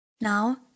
Now